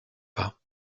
pas